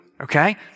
Okay